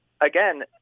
again